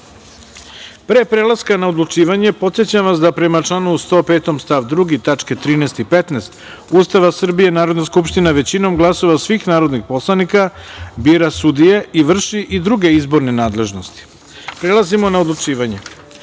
prelaska na odlučivanje, podsećam vas da prema članu 105. stav 2. tačke 13) i 15) Ustava Republike Srbije, Narodna skupština većinom glasova svih narodnih poslanika bira sudije i vrši i druge izborne nadležnosti. Prelazimo na odlučivanje. Prelazimo